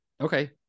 okay